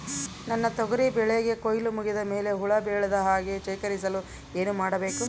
ನನ್ನ ತೊಗರಿ ಬೆಳೆಗೆ ಕೊಯ್ಲು ಮುಗಿದ ಮೇಲೆ ಹುಳು ಬೇಳದ ಹಾಗೆ ಶೇಖರಿಸಲು ಏನು ಮಾಡಬೇಕು?